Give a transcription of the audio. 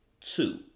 two